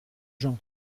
gens